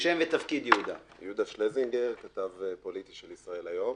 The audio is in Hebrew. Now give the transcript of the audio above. יהודה שלזינגר, כתב פוליטי של ישראל היום.